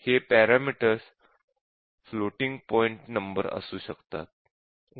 हे parameters floating point number असू शकतात उदा